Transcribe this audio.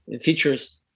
features